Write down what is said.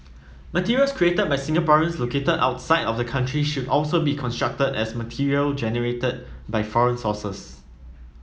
materials created by Singaporeans located outside of the country should also be construed as material generated by foreign sources